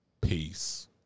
Peace